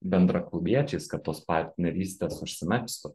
bendraklubiečiais kad tos partnerystės užsimegztų